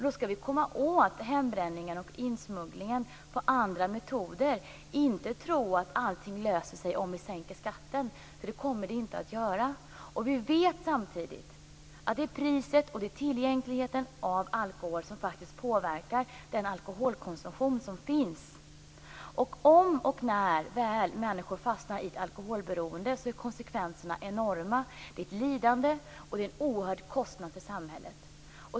Då skall vi komma åt hembränningen och insmugglingen med andra metoder, och inte tro att allting löser sig om vi sänker skatten. Det kommer det inte att göra. Vi vet samtidigt att det är priset på och tillgängligheten till alkohol som påverkar alkoholkonsumtionen. Om och när människor fastnar i ett alkoholberoende är konsekvenserna enorma. Det är ett lidande, och det är en oerhörd kostnad för samhället.